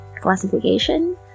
classification